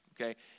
Okay